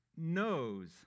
knows